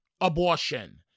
abortion